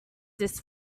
disks